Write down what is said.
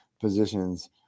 positions